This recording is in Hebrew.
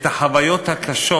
את החוויות הקשות